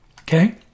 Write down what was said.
Okay